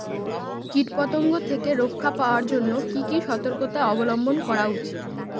কীটপতঙ্গ থেকে রক্ষা পাওয়ার জন্য কি কি সর্তকতা অবলম্বন করা উচিৎ?